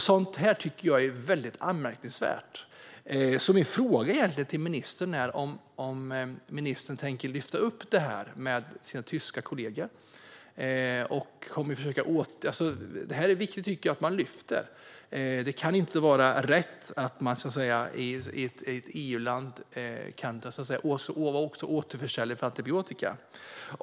Sådant här tycker jag är väldigt anmärkningsvärt. Min fråga till ministern är därför om ministern tänker lyfta upp detta med sina tyska kollegor. Jag tycker att det är viktigt att man lyfter detta. Det kan inte vara rätt att man som veterinär i ett EU-land också kan vara återförsäljare av antibiotika.